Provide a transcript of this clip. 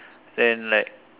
then like